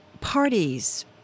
Parties